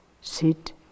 sit